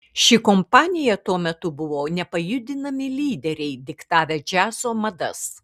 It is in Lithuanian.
ši kompanija tuo metu buvo nepajudinami lyderiai diktavę džiazo madas